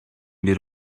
bir